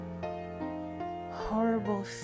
horrible